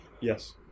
Yes